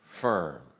firm